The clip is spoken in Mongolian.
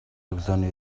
өглөөний